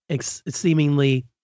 seemingly